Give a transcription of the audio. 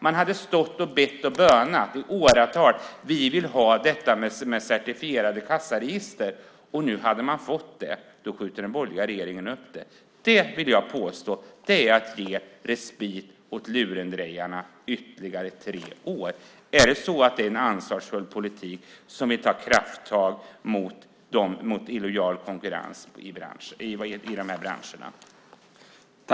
Man hade i åratal bett och bönat: Vi vill ha certifierade kassaregister. Nu hade man fått det, och då skjuter den borgerliga regeringen upp det. Jag vill påstå att det är att ge respit åt lurendrejarna i ytterligare tre år. Är det en ansvarsfull politik där man vill ta krafttag mot illojal konkurrens i de här branscherna?